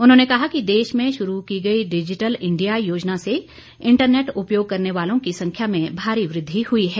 उन्होने कहा कि देश में शुरू की गई डिजिटल इंडिया योजना से इंटरनेट उपयोग करने वालों की संख्या में भारी वृद्वि हुई है